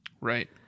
Right